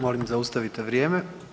Molim zaustavite vrijeme.